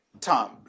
Tom